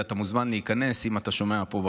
ואתה מוזמן להיכנס אם אתה שומע פה,